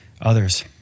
others